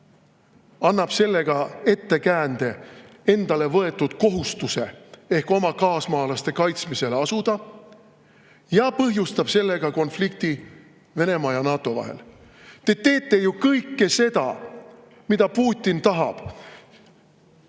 annab sellega ettekäände endale võetud kohustuse ehk oma kaasmaalaste kaitsmisele asuda ja põhjustab sellega konflikti Venemaa ja NATO vahel. Te teete ju kõike seda, mida Putin tahab.